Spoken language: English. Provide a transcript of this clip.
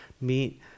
meet